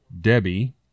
Debbie